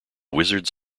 wizards